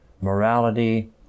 morality